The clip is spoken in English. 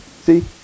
See